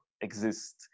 exist